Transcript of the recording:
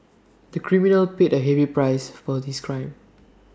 the criminal paid A heavy price for his crime